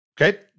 Okay